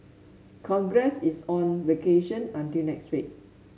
Congress is on vacation until next week